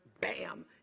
bam